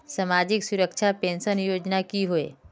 सामाजिक सुरक्षा पेंशन योजनाएँ की होय?